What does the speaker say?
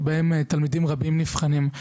שבהם תלמידים רבים נבחנים.